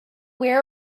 where